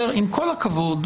עם כל הכבוד,